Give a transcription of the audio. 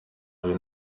ari